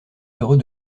heureux